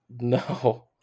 No